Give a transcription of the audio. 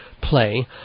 play